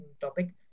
topic